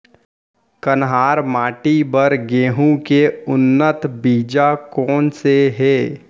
कन्हार माटी बर गेहूँ के उन्नत बीजा कोन से हे?